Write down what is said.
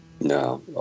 No